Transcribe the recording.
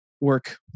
work